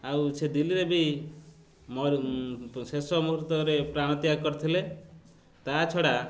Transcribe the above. ଆଉ ସେ ଦିଲ୍ଲୀରେ ବି ଶେଷ ମୁହୂର୍ତ୍ତରେ ପ୍ରାଣତ୍ୟାଗ କରିଥିଲେ ତା' ଛଡ଼ା